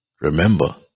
remember